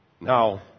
Now